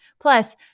Plus